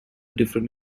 different